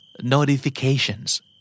Notifications